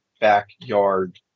backyard